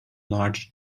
large